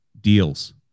deals